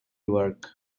work